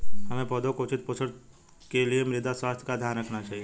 हमें पौधों के उचित पोषण के लिए मृदा स्वास्थ्य का ध्यान रखना चाहिए